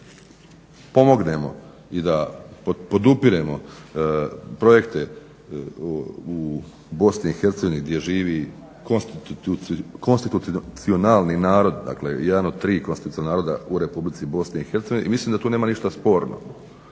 da pomognemo i da podupiremo projekte u Bosni i Hercegovini gdje živi konstitucionalni narod, dakle jedan od tri konstitucionalna naroda u Republici Bosni i Hercegovini i mislim da tu nema ništa sporno.